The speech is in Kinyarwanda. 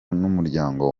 n’umuryango